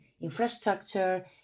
infrastructure